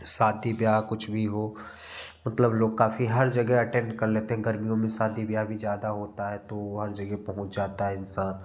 शादी ब्याह कुछ भी हो मतलब लोग काफ़ी हर जगह अटेंड कर लेते हैं गर्मियों में शादी ब्याह भी ज़्यादा होता है तो हर जगह पहुँच जाता है इंसान